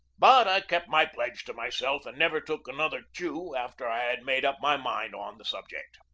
but i kept my pledge to myself, and never took another chew after i had made up my mind on the subject.